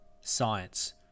science